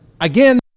again